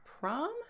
Prom